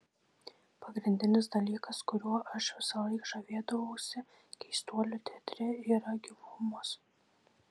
pagrindinis dalykas kuriuo aš visąlaik žavėdavausi keistuolių teatre yra gyvumas